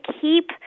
keep